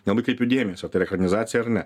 nelabai kreipiu dėmesio tai ekranizacija ar ne